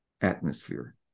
atmosphere